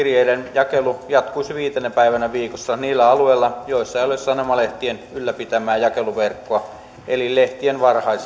yleispalvelukirjeiden jakelu jatkuisi viitenä päivänä viikossa niillä alueilla joilla ei ole sanomalehtien ylläpitämää jakeluverkkoa eli lehtien varhaisjakelua